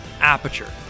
aperture